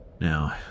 Now